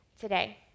today